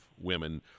women